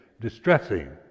distressing